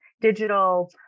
digital